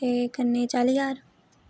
ते कन्नै चाली ज्हार